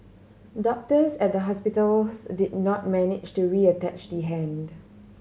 doctors at the hospitals did not manage to reattach the hand